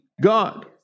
God